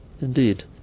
indeed